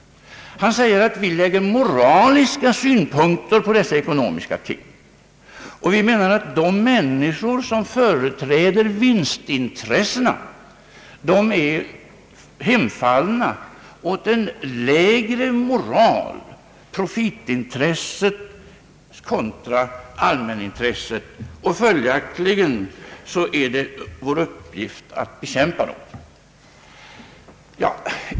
Han sade att vi lägger moraliska syn punkter på dessa ekonomiska ting och att vi anser att de människor som företräder vinstintressena är hemfallna åt en lägre moral — profitintresset kontra allmänintresset — varför det följaktligen är vår uppgift att bekämpa dem.